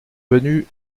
venue